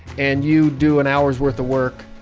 and you do an hour's worth of work.